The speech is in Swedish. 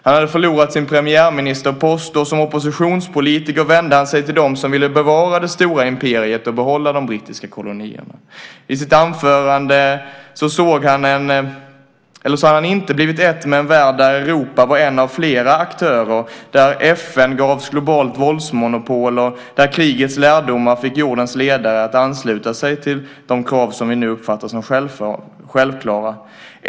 Han hade förlorat sin premiärministerpost, och som oppositionspolitiker vände han sig till dem som ville bevara det stora imperiet och behålla de brittiska kolonierna. Att döma av sitt anförande hade han inte blivit ett med en värld där Europa var en av flera aktörer, där FN gavs globalt våldsmonopol och där krigets lärdomar fick jordens ledare att ansluta sig till de krav som vi nu uppfattar som självklara.